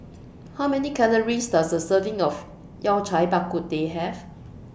How Many Calories Does A Serving of Yao Cai Bak Kut Teh Have